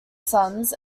sons